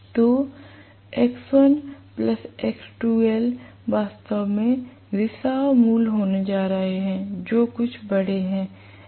तो X1 और X2l वास्तव में रिसाव मूल्य होने जा रहे हैं जो कुछ बड़े हैं